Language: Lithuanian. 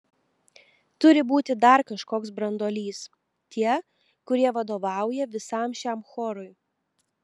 turi būti dar kažkoks branduolys tie kurie vadovauja visam šiam chorui